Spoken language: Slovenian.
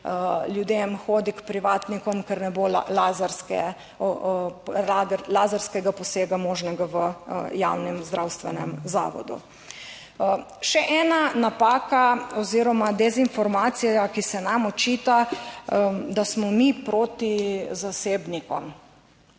ljudem hoditi k privatnikom, ker ne bo laserske, laserskega posega možnega v javnem zdravstvenem zavodu. Še ena napaka oziroma dezinformacija, ki se nam očita, da smo mi proti zasebnikom.